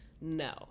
No